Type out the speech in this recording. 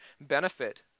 benefit